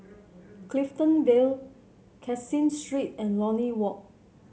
Clifton Vale Caseen Street and Lornie Walk